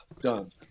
done